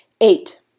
Eight